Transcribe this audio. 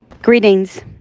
Greetings